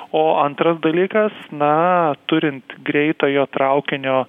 o antras dalykas na turint greitojo traukinio